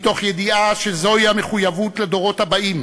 מתוך ידיעה שזוהי המחויבות לדורות הבאים,